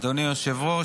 אדוני היושב-ראש,